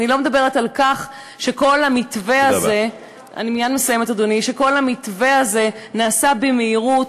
אני לא מדברת על כך שכל המתווה הזה נעשה במהירות,